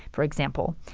for example.